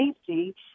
safety